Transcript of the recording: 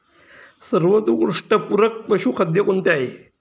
सर्वोत्कृष्ट पूरक पशुखाद्य कोणते आहे?